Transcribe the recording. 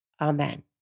Amen